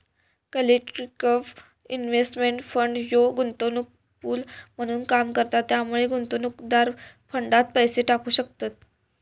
collective investment fund ह्यो गुंतवणूक pool म्हणून काम करता त्यामुळे गुंतवणूकदार फंडात पैसे टाकू शकतत